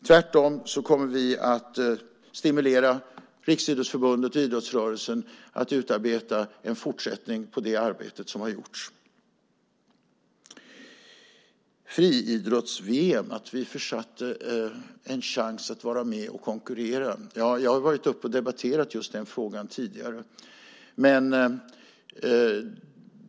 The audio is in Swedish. Tvärtom kommer vi att stimulera Riksidrottsförbundet och idrottsrörelsen att utarbeta en fortsättning på det arbete som har gjorts. När det gäller att vi försatt en chans att vara med och konkurrera om friidrotts-VM har jag varit uppe och debatterat just den frågan tidigare.